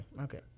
okay